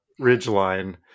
ridgeline